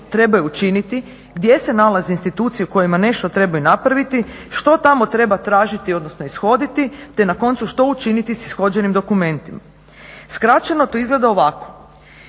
trebaju učiniti gdje se nalaze institucije u kojima nešto trebaju napraviti, što tamo treba tražiti odnosno ishoditi te na koncu što učiniti sa ishođenim dokumentima. Skraćeno to izgleda ovako.